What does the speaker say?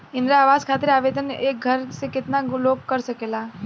इंद्रा आवास खातिर आवेदन एक घर से केतना लोग कर सकेला?